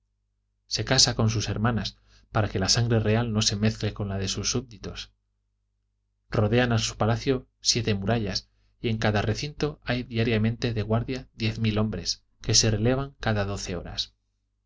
se casa con sus hermanas para que la sangre real no se mezcle con la de sus subditos rodean a su palacio siete murallas y en cada recinto hay diariamente de guardia diez mil hombres que se relevan cada doce horas